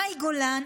מאי גולן,